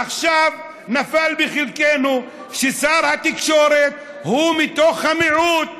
עכשיו נפל בחלקנו ששר התקשורת הוא מתוך המיעוט.